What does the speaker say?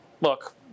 Look